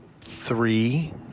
Three